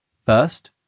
first